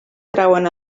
trauen